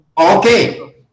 okay